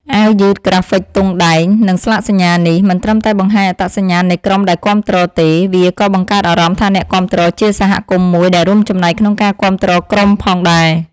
អាវយឺត ក្រាហ្វិកទង់ដែង និងស្លាកសញ្ញានេះ មិនត្រឹមតែបង្ហាញអត្តសញ្ញាណនៃក្រុមដែលគាំទ្រ ទេ វាក៏បង្កើតអារម្មណ៍ថាអ្នកគាំទ្រជាសហគមន៍មួយដែលរួមចំណែកក្នុងការគាំទ្រក្រុមផងដែរ។